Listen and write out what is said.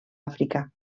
àfrica